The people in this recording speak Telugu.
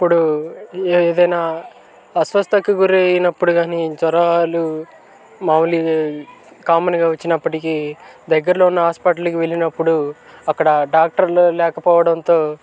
ఇప్పుడు ఏదైనా అస్వస్థతకు గురి అయినప్పుడు కానీ జ్వరాలు మౌలి కామన్గా వచ్చినప్పటికి దగ్గరలో ఉన్న హాస్పటల్కి వెళ్ళినప్పుడు అక్కడ డాక్టర్లు లేకపోవడంతో